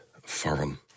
foreign